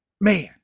man